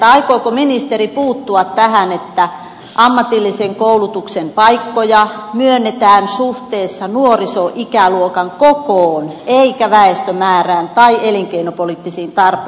aikooko ministeri puuttua tähän että ammatillisen koulutuksen paikkoja myönnetään suhteessa nuorisoikäluokan kokoon eikä väestömäärään tai elinkeinopoliittisiin tarpeisiin